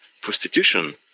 prostitution